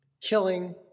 killing